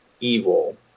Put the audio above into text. evil